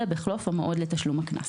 אלא בחלוף המועד לתשלום הקנס.